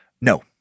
No